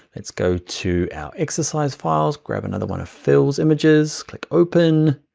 let's go to our exercise files. grab another one of phil's images, click open.